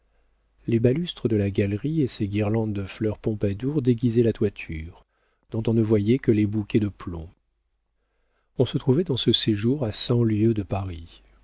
les balustres de la galerie et ses guirlandes de fleurs pompadour déguisaient la toiture dont on ne voyait que les bouquets de plomb on se trouvait dans ce séjour à cent lieues de paris